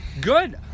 Good